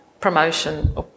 Promotion